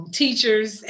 teachers